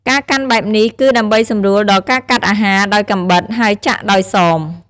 ការកាន់បែបនេះគឺដើម្បីសម្រួលដល់ការកាត់អាហារដោយកាំបិត ហើយចាក់ដោយសម។